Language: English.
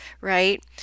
right